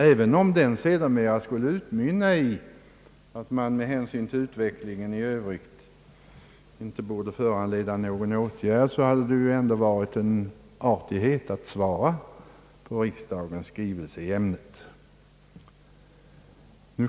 Även om utredningen sedermera skulle utmynna i att den med hänsyn till utvecklingen i Övrigt inte borde föranleda någon åtgärd, har det ändå varit en artighet att svara på riksdagens skrivelse i ämnet.